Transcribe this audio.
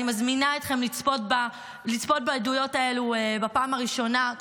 אני מזמינה אתכם לצפות בעדויות האלה בפעם הראשונה,